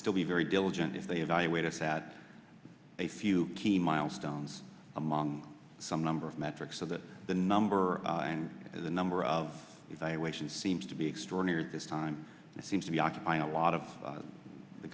still be very diligent if they evaluated that a few key milestones among some number of metrics so that the number and the number of evaluations seems to be extraordinary at this time it seems to be occupying a lot of